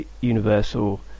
Universal